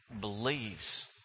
believes